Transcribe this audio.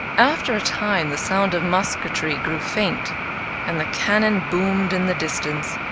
after a time the sound of musketry grew faint and the cannon boomed in the distance.